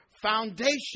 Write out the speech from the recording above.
foundation